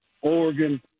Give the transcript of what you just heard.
Oregon